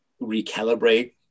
recalibrate